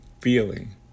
feeling